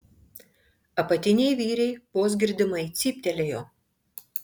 apatiniai vyriai vos girdimai cyptelėjo